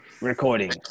Recording